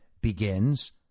begins